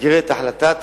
במסגרת החלטת